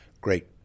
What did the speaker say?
great